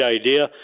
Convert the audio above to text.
idea